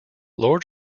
lord